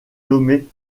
nommée